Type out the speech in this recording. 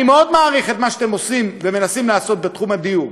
אני מאוד מעריך את מה שאתם עושים ומנסים לעשות בתחום הדיור,